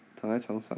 躺在床上